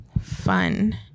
Fun